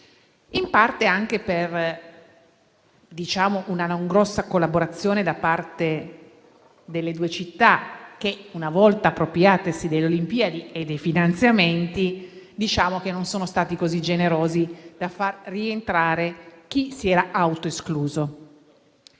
in parte anche grazie alla non grande collaborazione delle due città, che, una volta appropriatesi delle Olimpiadi e dei finanziamenti, non sono state così generose da far rientrare chi si era autoescluso.